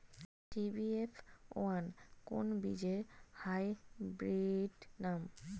CBF one কোন বীজের hybrid নাম?